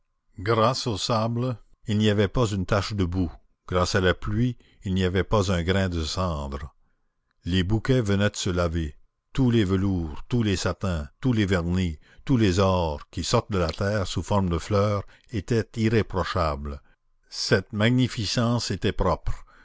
grâce au sable il n'y avait pas une tache de boue grâce à la pluie il n'y avait pas un grain de cendre les bouquets venaient de se laver tous les velours tous les satins tous les vernis tous les ors qui sortent de la terre sous forme de fleurs étaient irréprochables cette magnificence était propre